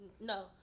no